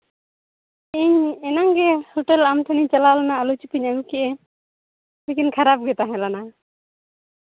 ᱤᱧ ᱮᱱᱟᱝᱜᱮ ᱦᱳᱴᱮᱞ ᱟᱢ ᱴᱷᱮᱱᱤᱧ ᱪᱟᱞᱟᱣ ᱞᱮᱱᱟ ᱟᱹᱞᱩ ᱥᱤᱯᱤᱧ ᱟᱹᱜᱩ ᱠᱮᱜᱼᱟ ᱞᱮᱠᱤᱱ ᱠᱷᱟᱨᱟᱯ ᱜᱮ ᱛᱟᱦᱮᱸ ᱠᱟᱱᱟ